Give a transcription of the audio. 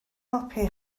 helpu